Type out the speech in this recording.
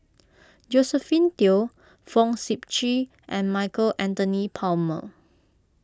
Josephine Teo Fong Sip Chee and Michael Anthony Palmer